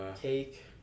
cake